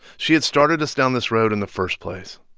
she had started us down this road in the first place.